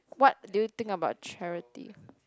what do you think about charity